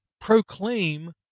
proclaim